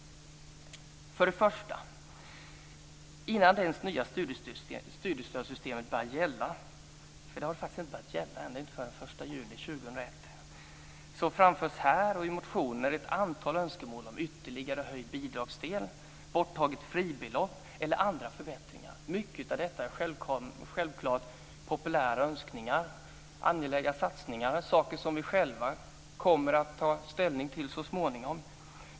För det första: Innan det nya studiestödssystemet ens börjar gälla - det börjar faktiskt inte gälla förrän 1 juli 2001 - framförs här och i motioner ett antal önskemål om ytterligare höjd bidragsdel, borttaget fribelopp eller andra förbättringar. Mycket av detta är självklart populära önskningar, angelägna satsningar, saker som vi själva kommer att ta ställning till så småningom.